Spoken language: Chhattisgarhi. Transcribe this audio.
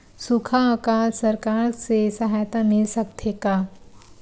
सुखा अकाल सरकार से सहायता मिल सकथे का?